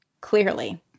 Clearly